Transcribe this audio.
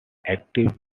active